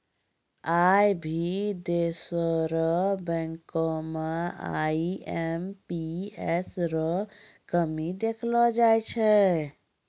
आई भी देशो र बैंको म आई.एम.पी.एस रो कमी देखलो जाय छै